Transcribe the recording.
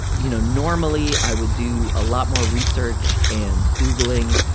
you know, normally, i would do a lot more research and googling.